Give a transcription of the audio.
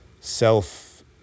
self